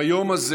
ביום הזה